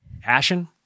passion